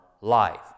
life